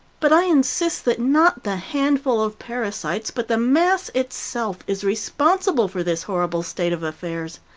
but i insist that not the handful of parasites, but the mass itself is responsible for this horrible state of affairs.